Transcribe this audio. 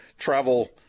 travel